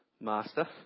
Master